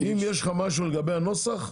אם יש לך משהו לגבי הנוסח,